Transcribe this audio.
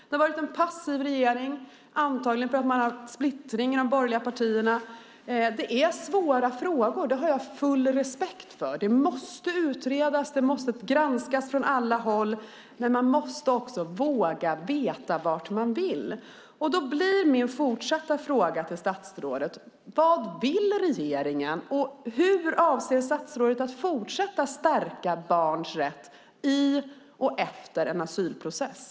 Det har varit en passiv regering, antagligen för att det har varit splittring mellan de borgerliga partierna. Det är svåra frågor. Det har jag full respekt för. De måste utredas och granskas från alla håll. Men man måste också våga veta vart man vill. Min fortsatta fråga blir: Vad vill regeringen? Hur avser statsrådet att fortsätta att stärka barns rätt i och efter en asylprocess?